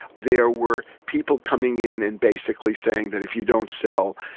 there were people coming in and basically saying that if you don't sell,